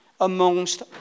amongst